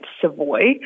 Savoy